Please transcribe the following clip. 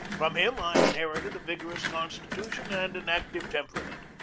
from him i inherited a vigorous constitution and an active temperament.